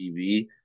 TV